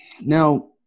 Now